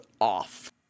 off